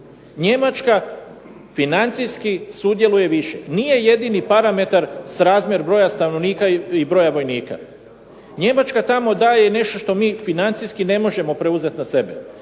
Njemačka financijski sudjeluje više. Nije jedini parametar srazmjer broja stanovnika i broja vojnika. Njemačka tamo daje i nešto što mi financijski ne možemo preuzeti na sebe,